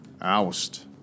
Oust